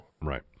Right